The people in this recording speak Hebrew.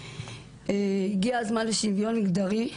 הגיע הזמן לשוויון מגדרי,